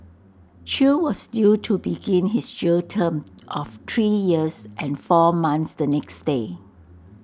chew was due to begin his jail term of three years and four months the next day